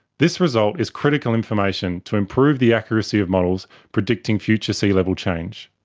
this result is critical information to improve the accuracy of models predicting future sea-level change.